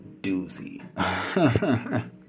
doozy